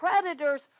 predators